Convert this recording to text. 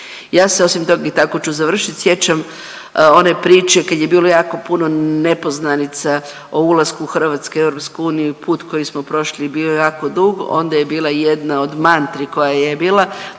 Ja se osim tog i tako ću završit, sjećam one priče kad je bilo jako puno nepoznanica o ulasku Hrvatske u EU i put koji smo prošli bio je jako dug, onda je bila jedna od mantri koja je bila